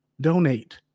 Donate